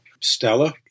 Stella